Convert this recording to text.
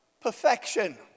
perfection